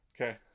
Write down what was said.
Okay